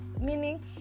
meaning